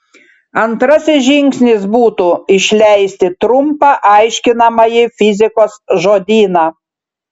antrasis žingsnis būtų išleisti trumpą aiškinamąjį fizikos žodyną